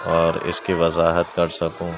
اور اس کی وضاحت کر سکوں